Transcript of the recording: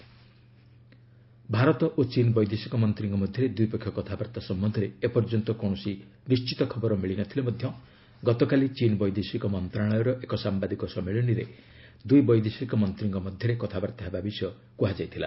ଭରୀତ ଓ ଚୀନ୍ ବୈଦେଶିକ ମନ୍ତ୍ରୀଙ୍କ ମଧ୍ୟରେ ଦ୍ୱିପକ୍ଷୀୟ କଥାବାର୍ତ୍ତା ସମ୍ପନ୍ଧରେ ଏପର୍ଯ୍ୟନ୍ତ କୌଣସି ନିଶ୍ଚିତ ଖବର ମିଳିନଥିଲେ ମଧ୍ୟ ଗତକାଲି ଚୀନ୍ ବୈଦେଶିକ ମନ୍ତ୍ରଣାଳୟର ଏକ ସାମ୍ବାଦିକ ସମ୍ମିଳନୀରେ ଦୁଇ ବୈଦେଶିକ ମନ୍ତ୍ରୀଙ୍କ ମଧ୍ୟରେ କଥାବାର୍ତ୍ତା ହେବା ବିଷୟ କୁହାଯାଇଥିଲା